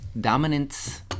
dominance